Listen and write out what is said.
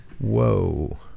Whoa